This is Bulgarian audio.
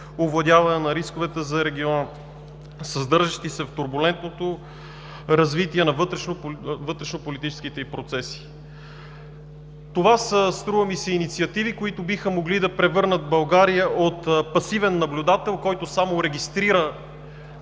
овладяване на рисковете за региона, съдържащи се в турбулентното развитие на вътрешнополитическите й процеси. Струва ми се, че това са инициативи, които биха могли да превърнат България от пасивен наблюдател, който само регистрира